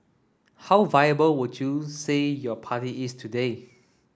how viable would you say your party is today